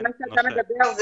על מה שאתה מדבר,